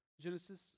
Genesis